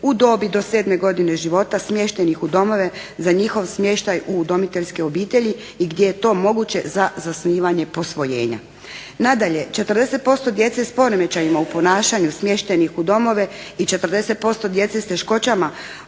u dobi do 7 godine života smještenih u domove za njihov smještaj u udomiteljske obitelji i gdje je to moguće za zasnivanje posvojenja. Nadalje, 40% djece s poremećajima u ponašanju smještenih u domove i 40% djece s teškoćama